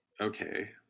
Okay